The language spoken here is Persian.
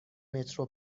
مترو